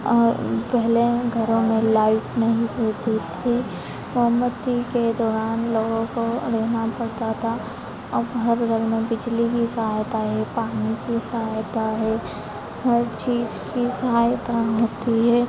और पहले घरों में लाइट नहीं होते थे मोमबत्ती के द्वारा लोगों को रहना पड़ता था अब हर घर में बिजली की सहायता है पानी की सहायता है हर चीज की सहायता होती है